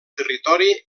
territori